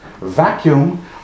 vacuum